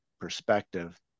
perspective